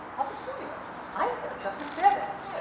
how peculiar i heard douglas fairbanks.